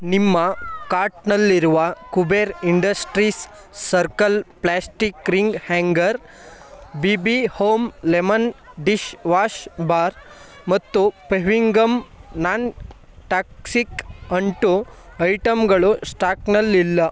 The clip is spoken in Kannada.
ನಿಮ್ಮ ಕಾರ್ಟ್ನಲ್ಲಿರುವ Kuber industries circle plastic ring hanger B B home lemon dish wash bar ಮತ್ತು ಫೆವಿಗಮ್ ನಾನ್ ಟಾಕ್ಸಿಕ್ ಅಂಟು ಐಟಮ್ಗಳು ಸ್ಟಾಕ್ನಲ್ಲಿಲ್ಲ